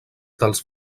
dels